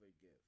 give